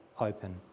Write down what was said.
open